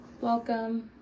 welcome